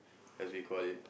as we call it